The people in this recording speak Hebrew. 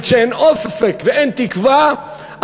וכשאין אופק ואין תקווה,